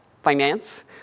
Finance